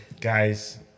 guys